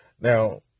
Now